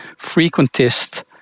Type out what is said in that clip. frequentist